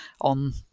on